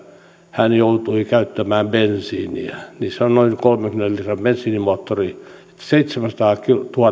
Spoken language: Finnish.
hän joutui käyttämään bensiiniä niissä on noin kolmenkymmenen litran bensiinimoottori ja että seitsemänsataa